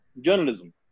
journalism